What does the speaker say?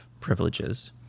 privileges